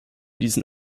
diesen